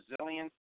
resilience